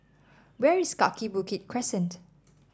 where is Kaki Bukit Crescent